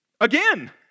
Again